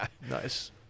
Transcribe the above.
Nice